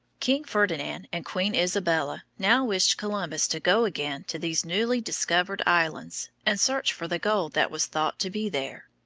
king ferdinand and queen isabella now wished columbus to go again to these newly discovered islands and search for the gold that was thought to be there.